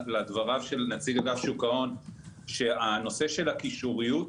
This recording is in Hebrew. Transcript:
נציג אגף שוק ההון שבנושא של הקישוריות,